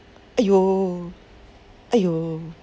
!aiyo! !aiyo!